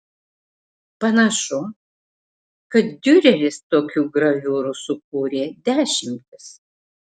panašu kad diureris tokių graviūrų sukūrė dešimtis